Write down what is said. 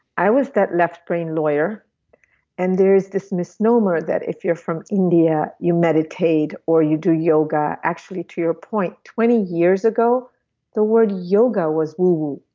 i was that left brain lawyer and there's this misnomer that if you're from india you meditate or you do yoga. actually to your point, twenty years ago the word yoga was woowoo.